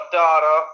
data